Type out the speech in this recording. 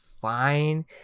fine